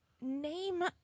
name